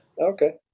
Okay